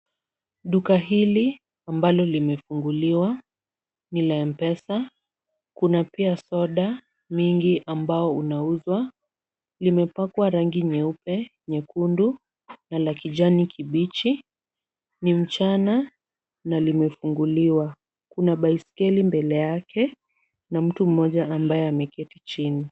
Duka hili ambalo limefunguliwa ni la M-pesa. Kuna pia soda mingi ambao unauzwa. Limepakwa rangi nyeupe, nyekundu na la kijani kibichi. Ni mchana na limefunguliwa. Kuna baiskeli mbele yake na mtu mmoja ambaye ameketi chini.